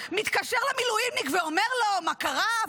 מתקשר למילואימניק ואומר לו מה קרה,